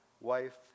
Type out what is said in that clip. wife